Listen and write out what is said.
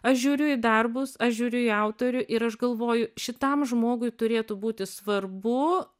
aš žiūriu į darbus aš žiūriu į autorių ir aš galvoju šitam žmogui turėtų būti svarbu